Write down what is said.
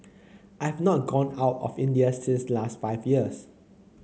I have not gone out of India since last five years